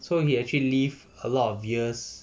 so he actually leave a lot of years